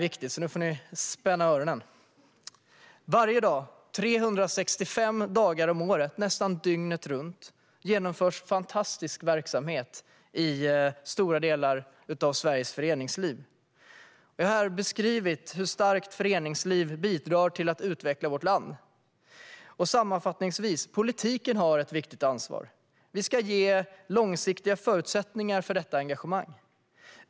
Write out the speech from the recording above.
Varje dag - 365 dagar om året, nästan dygnet runt - genomförs en fantastisk verksamhet och stora insatser i Sveriges föreningsliv. Jag har här beskrivit hur ett starkt föreningsliv bidrar till att utveckla vårt land. Och sammanfattningsvis: Politiken har ett viktigt ansvar. Vi ska ge långsiktiga förutsättningar för detta engagemang.